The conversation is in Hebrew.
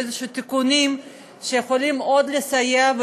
איזשהם תיקונים שיכולים עוד לסייע,